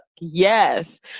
yes